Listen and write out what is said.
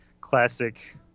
classic